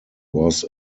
was